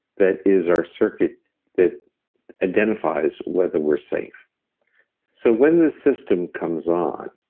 that is our circuit that identifies whether we're safe so when this system comes on,